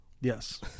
Yes